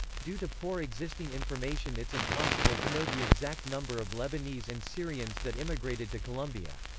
due to poor existing information it's impossible to know the exact number of lebanese and syrians that immigrated to colombia.